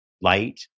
light